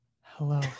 Hello